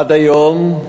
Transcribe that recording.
עד היום